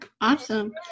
Awesome